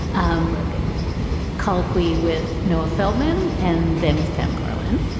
um colloquy with noah feldman and then with pam karlan